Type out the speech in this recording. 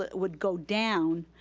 would go down,